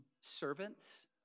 servants